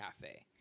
Cafe